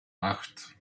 acht